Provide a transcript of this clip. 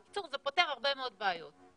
בקיצור זה פותר הרבה מאוד בעיות,